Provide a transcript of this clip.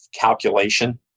calculation